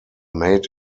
made